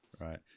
right